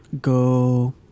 go